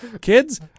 Kids